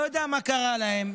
אני לא יודע מה קרה להם.